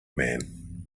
man